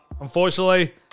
unfortunately